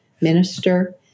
minister